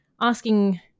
asking